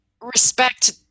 Respect